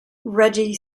reggie